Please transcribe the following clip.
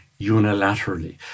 unilaterally